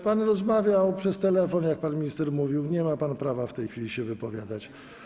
Pan rozmawiał przez telefon, jak pan minister mówił, nie ma pan prawa w tej chwili się wypowiadać.